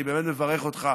אני באמת מברך אותך,